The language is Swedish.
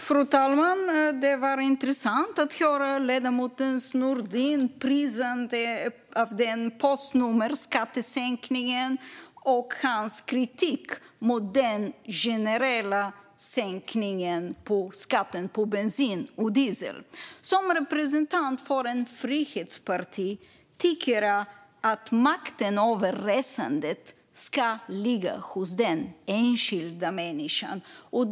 Fru talman! Det var intressant att höra ledamoten Nordin prisa postnummerskattesänkningen och hans kritik mot den generella sänkningen av skatten på bensin och diesel. Som representant för ett frihetsparti tycker jag att makten över resandet ska ligga hos den enskilda människan.